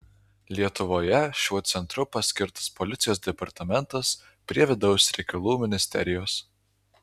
lietuvoje šiuo centru paskirtas policijos departamentas prie vidaus reikalų ministerijos